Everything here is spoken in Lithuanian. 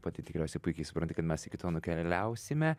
pati tikriausiai puikiai supranti kad mes iki to nukeliausime